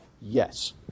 yes